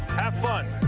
have fun.